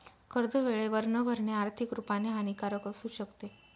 कर्ज वेळेवर न भरणे, आर्थिक रुपाने हानिकारक असू शकते